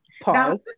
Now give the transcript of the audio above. pause